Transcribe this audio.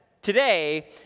today